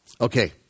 Okay